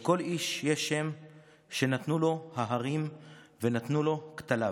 // לכל איש יש שם / שנתנו לו ההרים / ונתנו לו כתליו.